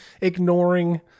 ignoring